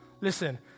Listen